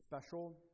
special